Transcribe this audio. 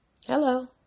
Hello